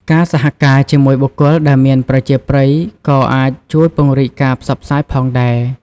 ការសហការជាមួយបុគ្គលដែលមានប្រជាប្រិយក៏អាចជួយពង្រីកការផ្សព្វផ្សាយផងដែរ។